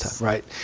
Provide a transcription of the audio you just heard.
right